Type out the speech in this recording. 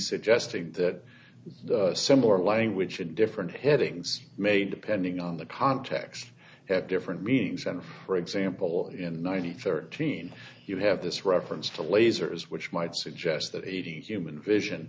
suggesting that similar language in different headings may depending on the context have different meanings and for example in nine hundred thirteen you have this reference to lasers which might suggest that eating human vision